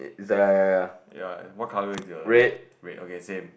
ya what colour is your red okay same